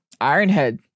Ironhead